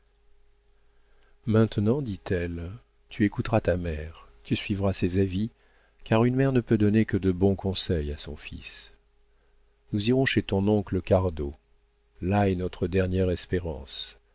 maintenant dit-elle tu écouteras ta mère tu suivras ses avis car une mère ne peut donner que de bons conseils à son fils nous irons chez ton oncle cardot là est notre dernière espérance